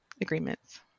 agreements